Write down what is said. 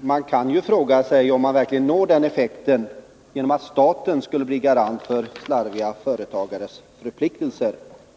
man kan fråga sig om man verkligen når den effekten genom att staten blir garant för slarviga företagares förpliktelser.